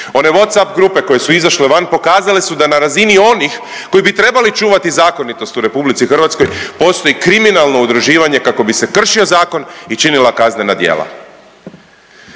One Whatsapp grupe koje su izašle van pokazale su da na razini onih koji bi trebali čuvati zakonitost u Republici Hrvatskoj postoji kriminalno udruživanje kako bi se kršio zakon i činila kaznena djela.